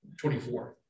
24